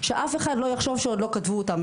שאף אחד לא יחשוב שעוד לא כתבו אותן,